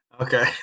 Okay